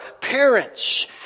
parents